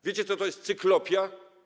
Wiecie, co to jest cyklopia?